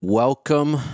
Welcome